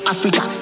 Africa